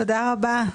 תודה רבה.